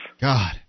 God